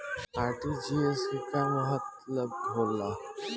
RTGS के का मतलब होला?